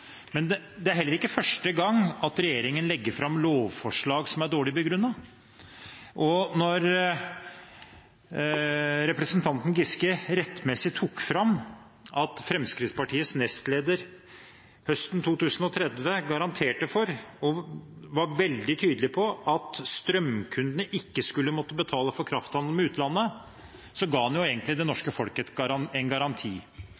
Det er heller ikke første gang at regjeringen legger fram lovforslag som er dårlig begrunnet. Som representanten Giske rettmessig tok fram: Da Fremskrittspartiets nestleder høsten 2013 garanterte for og var veldig tydelig på at strømkundene ikke skulle måtte betale for krafthandelen med utlandet, ga han egentlig det norske folket en garanti.